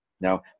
Now